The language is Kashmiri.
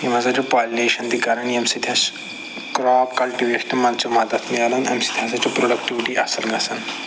یِم ہسا چھِ پالِنیشَن تہِ کران ییٚمہِ سۭتۍ اَسہِ کرٛاپ کَلٹِویشنہِ منٛز چھِ مدتھ مِلان اَمہِ سۭتۍ ہسا چھِ پرٛوڈَکٹِوِٹی اَصٕل گژھان